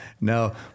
No